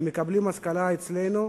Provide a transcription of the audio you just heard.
הם מקבלים השכלה אצלנו,